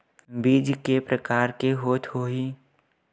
बीज के प्रकार के होत होही?